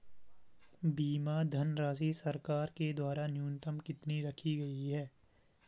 बीमा धनराशि सरकार के द्वारा न्यूनतम कितनी रखी गई है?